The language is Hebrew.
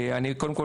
קודם כול,